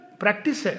practice